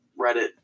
Reddit